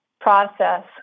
process